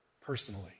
personally